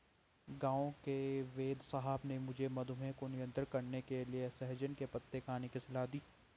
गांव के वेदसाहब ने मुझे मधुमेह को नियंत्रण करने के लिए सहजन के पत्ते खाने की सलाह दी है